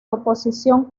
oposición